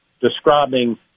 describing